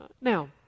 Now